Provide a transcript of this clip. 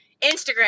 Instagram